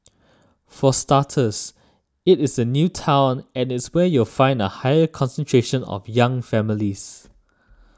for starters it is a new town and it's where you'll find a higher concentration of young families